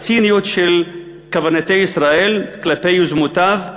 את הציניות של קברניטי ישראל כלפי יוזמותיו,